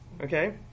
Okay